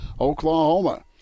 Oklahoma